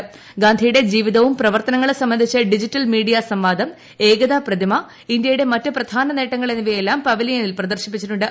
മഹാത്മാഗാന്ധിയുടെ ജീവിതവും പ്രവർത്തനങ്ങളും സംബന്ധിച്ച് ഡിജിറ്റൽ മീഡിയാ സംവാദം ഏകതാ പ്രതിമ ഇന്തൃയുടെ മറ്റ് പ്രധാന നേട്ടങ്ങൾ എന്നിവയെല്ലാം പവലിയനിൽ പ്രദർശിപ്പിച്ചിട്ടുണ്ട്